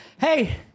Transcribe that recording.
hey